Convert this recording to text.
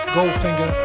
Goldfinger